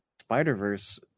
Spider-Verse